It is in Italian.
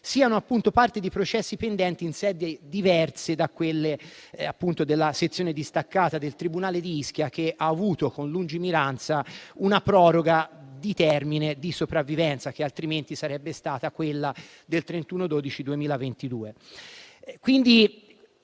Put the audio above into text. siano parte di processi pendenti in sedi diverse da quelle della sezione distaccata del tribunale di Ischia che ha avuto, con lungimiranza, una proroga del termine di sopravvivenza che, altrimenti, sarebbe stato quello del 31